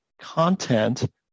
content